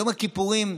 יום הכיפורים,